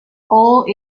all